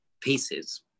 pieces